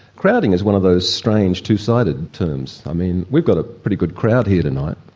crowding is one of those strange two sided terms, i mean we've got a pretty good crowd here tonight,